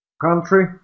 country